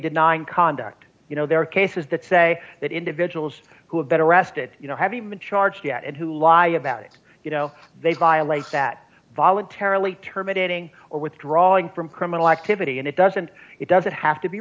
denying conduct you know there are cases that say that individuals who have been arrested you know having been charged yet and who lie about it you know they violate that voluntarily terminating or withdrawing from criminal activity and it doesn't it doesn't have to be